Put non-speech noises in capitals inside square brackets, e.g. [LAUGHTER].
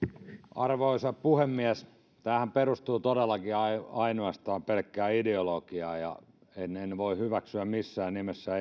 arvoisa puhemies tämähän perustuu todellakin ainoastaan pelkkään ideologiaan ja en voi hyväksyä missään nimessä [UNINTELLIGIBLE]